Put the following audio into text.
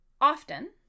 often